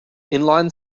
inline